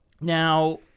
now